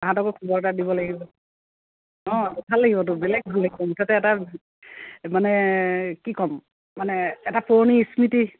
তাহাঁতকো খবৰ এটা দিব লাগিব অঁ ভাল লাগিবতো বেলেগ ভাল লাগিব মুঠতে এটা মানে কি ক'ম মানে এটা পুৰণি স্মৃতি